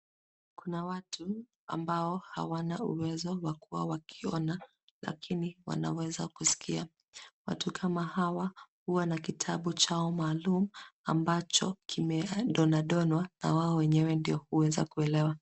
Kuna ambao hawana uwezo wa kuwa wakiona lakini wanweza kusikia. Watu kama hawa huwa na kitabu chao maalum ambacho kimedonwa donwa na wao wenyewe ndio huweza kuelewa.